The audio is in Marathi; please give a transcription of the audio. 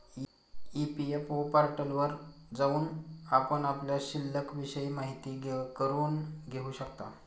ई.पी.एफ.ओ पोर्टलवर जाऊन आपण आपल्या शिल्लिकविषयी माहिती करून घेऊ शकता